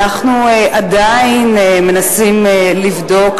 אנחנו עדיין מנסים לבדוק,